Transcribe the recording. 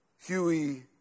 Huey